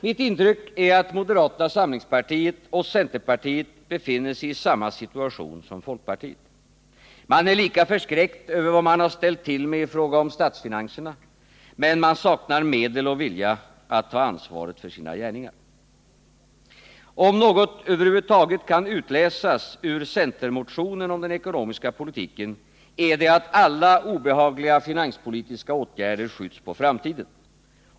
Mitt intryck är att moderata samlingspartiet och centerpartiet befinner sig i ' samma situation som folkpartiet. Man är lika förskräckt över vad man ställt till med i fråga om statsfinanserna, men man saknar medel och vilja att ta ansvaret för sina gärningar. Om något över huvud taget kan utläsas ur centermotionen om den ekonomiska politiken är det att alla obehagliga finanspolitiska åtgärder skjuts på framtiden.